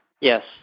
Yes